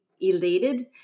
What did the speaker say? elated